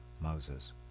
Moses